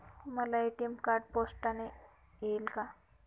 मला ATM card पोस्टाने येईल का?